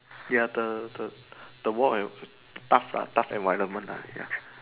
ya the the the work environ~ tough lah tough environment lah ya